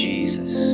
Jesus